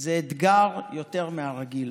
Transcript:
זה אתגר יותר מהרגיל.